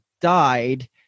died